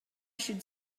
should